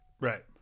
Right